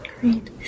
Great